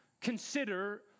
consider